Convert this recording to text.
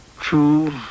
true